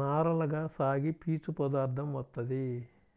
నారలగా సాగి పీచు పదార్దం వత్తది